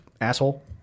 asshole